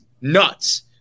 nuts